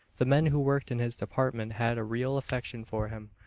the men who worked in his department had a real affection for him.